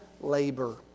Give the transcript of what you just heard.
labor